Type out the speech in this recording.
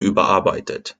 überarbeitet